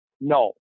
no